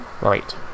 Right